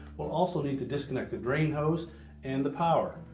we'll also need to disconnect the drain hose and the power.